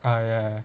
ah ya